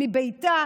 מביתה